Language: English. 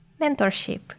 mentorship